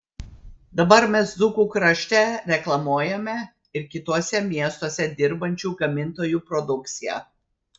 dabar mes dzūkų krašte reklamuojame ir kituose miestuose dirbančių gamintojų produkciją